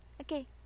Okay